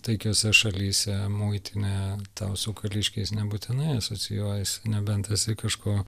taikiose šalyse muitinė tau su kariškiais nebūtinai asocijuojasi nebent esi kažko